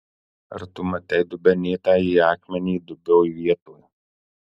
ar tu matei dubenėtąjį akmenį dubioj vietoj